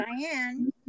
Diane